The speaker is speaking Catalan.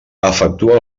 efectua